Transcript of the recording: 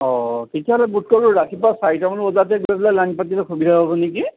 অঁ তেতিয়াহ'লে বোধকৰো ৰাতিপুৱা চাৰিটামান বজাতে গৈ পেলাই লাইন পাতিলে সুবিধা হ'ব নেকি